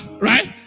right